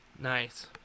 Nice